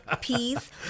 Peace